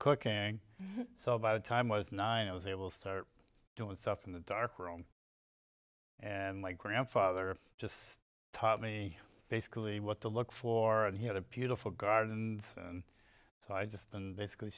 cooking so by the time i was nine i was able to start doing stuff in the darkroom and my grandfather just taught me basically what to look for and he had a beautiful garden and so i just and